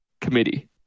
committee